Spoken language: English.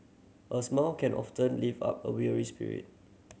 a smile can often lift up a weary spirit